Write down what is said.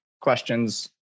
questions